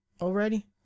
Already